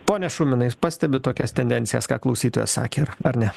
pone šuminai pastebit tokias tendencijas ką klausytojas sakė ar ne